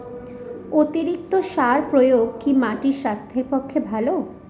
অতিরিক্ত সার প্রয়োগ কি মাটির স্বাস্থ্যের পক্ষে ভালো?